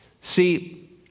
See